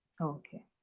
Okay